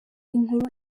inkuru